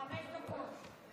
חמש דקות.